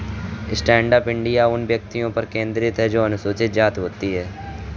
stand up India उन व्यक्तियों पर केंद्रित है जो अनुसूचित जाति होती है